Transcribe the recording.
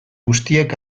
guztiek